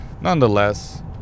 Nonetheless